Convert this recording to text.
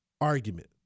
argument